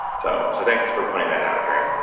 so. so thanks for pointing that out harry.